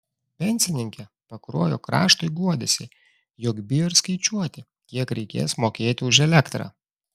pensininkė pakruojo kraštui guodėsi jog bijo ir skaičiuoti kiek reikės mokėti už elektrą